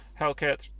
hellcat